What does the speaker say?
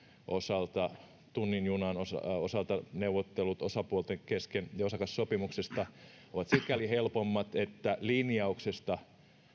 osalta tunnin junan osalta osalta neuvottelut osapuolten kesken ja osakassopimuksesta ovat sikäli helpommat että linjauksesta